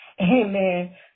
Amen